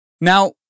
Now